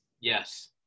Yes